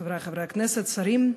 חברי חברי הכנסת, שרים,